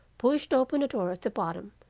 pushed open a door at the bottom,